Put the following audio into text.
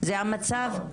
זה המצב?